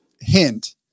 hint